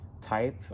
type